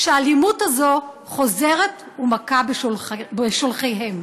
שהאלימות הזו חוזרת ומכה בשולחיהם.